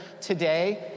today